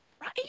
Right